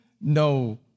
no